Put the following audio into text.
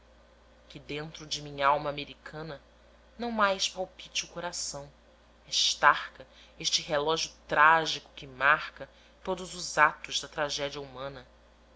que dentro de minhalma americana não mais palpite o coração esta arca este relógio trágico que marca todos os atos da tragédia humana